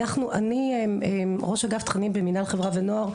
אני ראש אגף תכנים במנהל חברה ונוער,